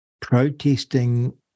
protesting